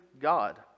God